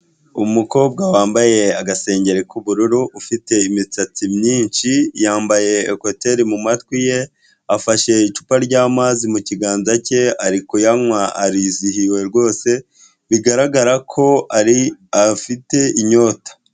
Umukobwa wambaye agasengeri k'ubururu ufite imisatsi myinshi yambaye ekoteri mu matwi ye, afashe icupa ry'amazi mu kiganza cye ari yanywa arizihiwe rwose, bigaragara ko ari afite inyota.